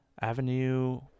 Avenue